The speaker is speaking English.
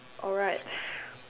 alright